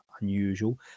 unusual